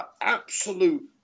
absolute